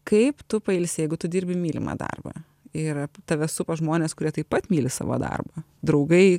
kaip tu pailsi jeigu tu dirbi mylimą darbą ir tave supa žmonės kurie taip pat myli savo darbą draugai